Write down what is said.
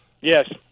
Yes